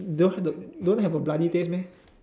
don't have the don't have the bloody taste meh